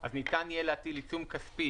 אז ניתן יהיה להטיל עיצום כספי,